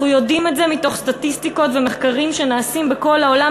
אנחנו יודעים את זה מתוך סטטיסטיקות ונתונים שנעשים בכל העולם,